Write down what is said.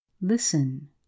listen